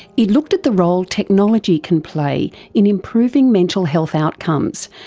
it looked at the role technology can play in improving mental health outcomes,